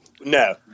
No